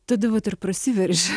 tada vat ir prasiveržia